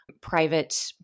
private